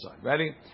Ready